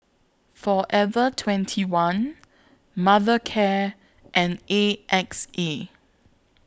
Forever twenty one Mothercare and A X A